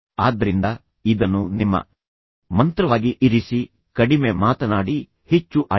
ಆದ್ದರಿಂದ ಇದನ್ನು ನಿಮ್ಮ ಮಂತ್ರವಾಗಿ ಇರಿಸಿ ಕಡಿಮೆ ಮಾತನಾಡಿ ಹೆಚ್ಚು ಆಲಿಸಿ